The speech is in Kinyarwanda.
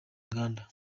uganda